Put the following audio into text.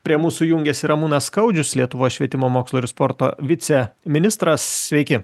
prie mūsų jungiasi ramūnas skaudžius lietuvos švietimo mokslo ir sporto viceministras sveiki